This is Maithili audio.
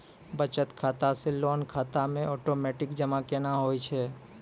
बचत खाता से लोन खाता मे ओटोमेटिक जमा केना होय छै?